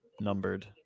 numbered